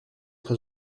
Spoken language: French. très